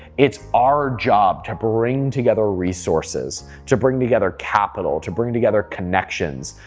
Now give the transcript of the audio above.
it's our job to bring together resources, to bring together capital, to bring together connections.